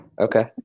Okay